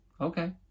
Okay